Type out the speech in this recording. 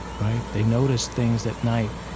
right? they notice things at night.